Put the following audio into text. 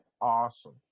awesome